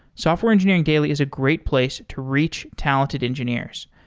software engineering daily is a great place to reach talented engineers.